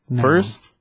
first